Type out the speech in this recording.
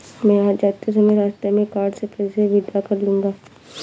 मैं आज जाते समय रास्ते में कार्ड से पैसे विड्रा कर लूंगा